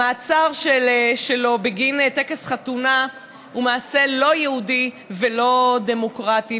המעצר שלו בגין טקס חתונה הוא מעשה לא יהודי ולא דמוקרטי.